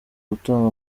gutanga